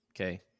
okay